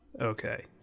okay